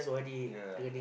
yea